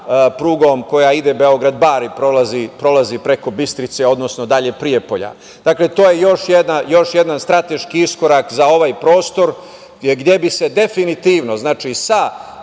koja ide Beograd – Bar i prolazi preko Bistrice, odnosno dalje ka Prijepolju. Dakle, to je još jedan strateški iskorak za ovaj prostor gde bi se definitivno sa